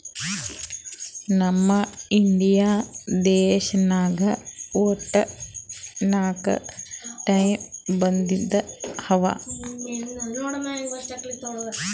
ನಮ್ ಇಂಡಿಯಾ ದೇಶನಾಗ್ ವಟ್ಟ ನಾಕ್ ಟೈಪ್ ಬಂದಿ ಅವಾ